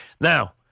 Now